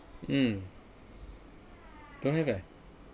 mm don't have eh